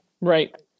right